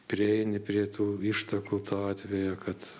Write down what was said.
prieini prie tų ištakų to atveju kad